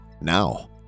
now